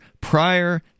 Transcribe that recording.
prior